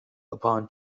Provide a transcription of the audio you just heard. upon